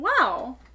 wow